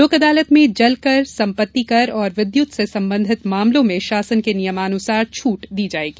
लोक अदालत में जलकरसम्पतिकर और विद्युत से संबंधित मामलों में शासन के नियमानुसार छूट प्रदान की जायेगी